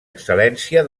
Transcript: excel·lència